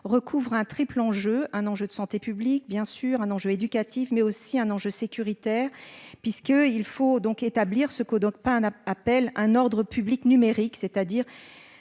recouvre un triple enjeu, un enjeu de santé publique bien sûr un enjeu éducatif mais aussi un enjeu sécuritaire. Puisque il faut donc établir ce code, pas un appel un ordre public numérique, c'est-à-dire.